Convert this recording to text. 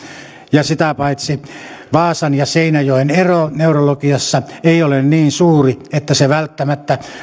ja sitä paitsi vaasan ja seinäjoen ero neurologiassa ei ole niin suuri että se välttämättä